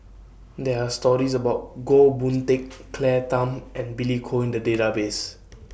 There Are stories about Goh Boon Teck Claire Tham and Billy Koh The Database